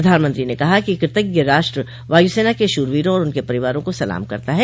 प्रधानमंत्री ने कहा है कि कृतज्ञ राष्ट्र वायुसेना के शूरवीरों और उनके परिवारों को सलाम करता है